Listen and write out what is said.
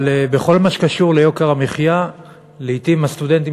אבל בכל מה שקשור ליוקר המחיה לעתים הסטודנטים